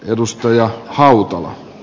edustaja hautala